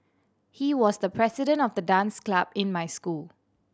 he was the president of the dance club in my school